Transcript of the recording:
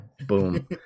boom